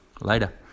Later